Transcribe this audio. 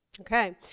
Okay